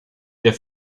der